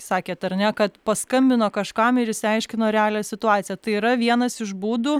sakėt ar ne kad paskambino kažkam ir išsiaiškino realią situaciją tai yra vienas iš būdų